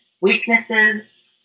weaknesses